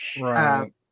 Right